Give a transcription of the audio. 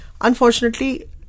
Unfortunately